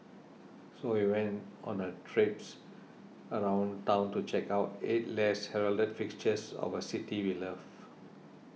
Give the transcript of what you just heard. so we went on a traipse around town to check out eight less heralded fixtures of a city we love